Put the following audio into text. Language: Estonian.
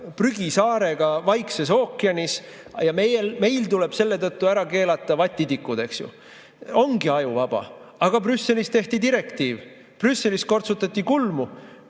prügisaarega Vaikses ookeanis, tuleb meil ära keelata vatitikud, eks ju. Ongi ajuvaba! Aga Brüsselis tehti direktiiv, Brüsselis kortsutati kulmu,